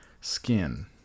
skin